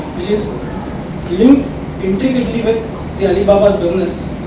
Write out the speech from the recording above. which is linked intricately with the alibaba business,